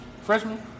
Freshman